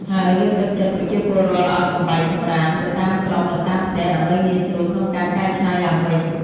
ហើយលើកទឹកចិត្តប្រជាពលរដ្ឋឱ្យបំបែកសំរាមទៅតាមក្រុមនៅតាមផ្ទះ ដើម្បីងាយស្រួលក្នុងការកែច្នៃឡើងវិញ។